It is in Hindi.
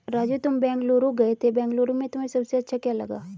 राजू तुम बेंगलुरु गए थे बेंगलुरु में तुम्हें सबसे अच्छा क्या लगा?